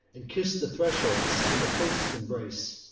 and kiss the thresholds, and the posts embrace.